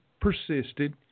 persisted